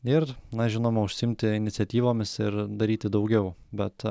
ir na žinoma užsiimti iniciatyvomis ir daryti daugiau bet